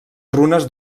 runes